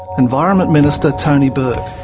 environment minister, tony burke.